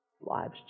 lives